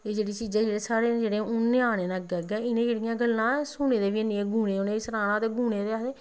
एह् जेह्ड़ी चीजां हून साढ़े ञ्यानें न अग्गें अग्गें इ'नें एकड़ियां गल्लां सुनी दियां वी निं गुने उ'नें सनाना ते आखदे